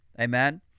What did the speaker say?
Amen